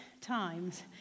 times